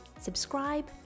subscribe